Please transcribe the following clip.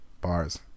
bars